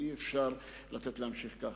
ואי-אפשר לתת להם להמשיך ככה.